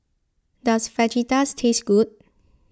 does Fajitas taste good